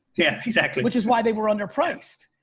yeah exactly. which is why they were under priced.